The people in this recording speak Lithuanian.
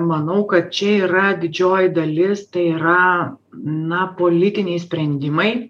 manau kad čia yra didžioji dalis tai yra na politiniai sprendimai